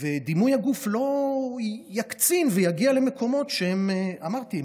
ודימוי הגוף לא יקצין ויגיע למקומות שאמרתי,